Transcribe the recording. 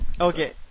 Okay